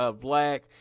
black